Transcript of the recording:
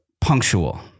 punctual